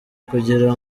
kugira